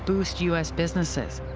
boost u s. businesses,